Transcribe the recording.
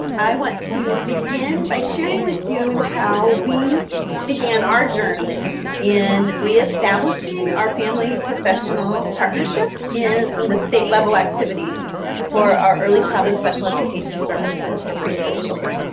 i want to begin by sharing with you how we began our journey in reestablishing our family-professional partnership in the state level activities for our early childhood special education services for pre-school children.